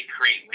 create